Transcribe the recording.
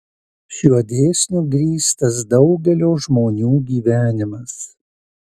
šiuo dėsniu grįstas daugelio žmonių gyvenimas